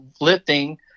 lifting